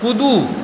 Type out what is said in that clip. कूदू